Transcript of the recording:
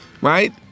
Right